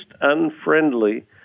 unfriendly